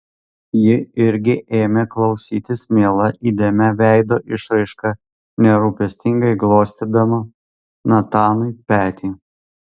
ji irgi ėmė klausytis miela įdėmia veido išraiška nerūpestingai glostydama natanui petį